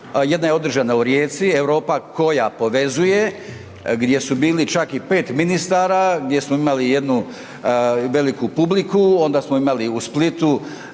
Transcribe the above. jedna je održana u Rijeci, Europa koja povezuje gdje su bili čak i 5 ministara, gdje smo imali jednu veliku publiku, onda smo imali u Splitu,